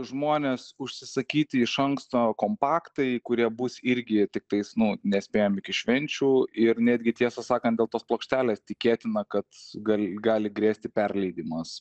žmones užsisakyti iš anksto kompaktai kurie bus irgi tiktais nu nespėjom iki švenčių ir netgi tiesą sakant dėl tos plokštelės tikėtina kad gal gali grėsti perleidimas